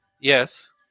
Yes